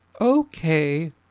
Okay